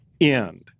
end